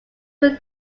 will